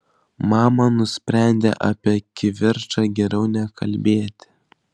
mama nusprendė apie kivirčą geriau nekalbėti